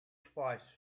twice